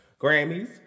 Grammys